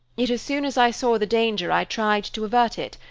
yet as soon as i saw the danger, i tried to avert it.